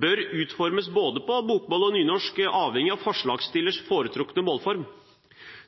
bør utformes på både bokmål og nynorsk avhengig av forslagsstillers fortrukne målform.